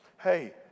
hey